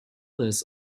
list